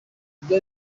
ibyo